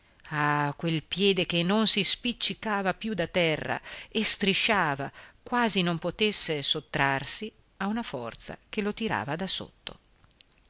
quel piede che non si spiccicava più da terra e strisciava quasi non potesse sottrarsi a una forza che lo tirava di sotto